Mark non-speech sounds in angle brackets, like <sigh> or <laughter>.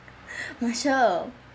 <breath> michelle